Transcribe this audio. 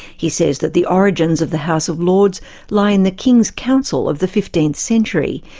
he says that the origins of the house of lords lie in the king's council of the fifteenth century,